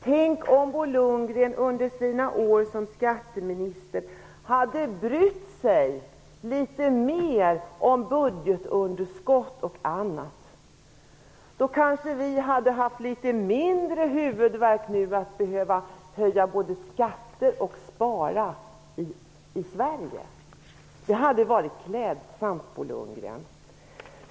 Tänk om Bo Lundgren under sina år som skatteminister hade brytt sig litet mer om budgetunderskott m.m. Då kanske vi hade haft litet mindre huvudvärk nu när vi både måste höja skatterna och spara i Sverige. Det skulle ha varit klädsamt, Bo Lundgren.